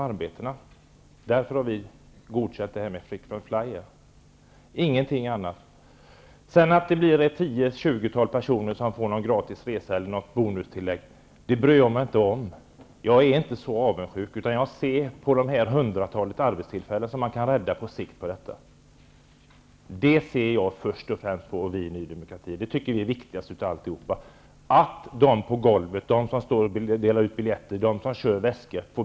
Peter Kling och Ny demokrati slår ju vakt om makteliten i det här samhället. Jag skall åtminstone göra vad jag kan för att upplysa svenska folket om den politik som ni står för.